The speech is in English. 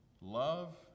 love